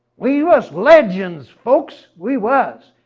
we was legends, folks, we was.